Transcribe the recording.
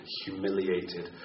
humiliated